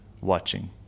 watching